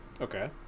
Okay